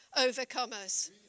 overcomers